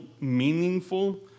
meaningful